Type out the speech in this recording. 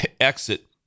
exit